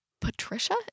Patricia